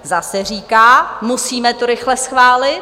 Zase říká: Musíme to rychle schválit.